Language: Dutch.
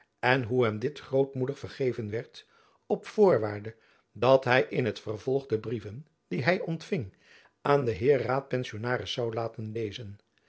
en hoe hem dit grootmoedig vergeven werd op voorwaarde dat hy in t vervolg de brieven die hy ontfing aan den heer raadpensionaris zoû laten lezen